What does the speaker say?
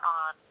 on